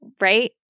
right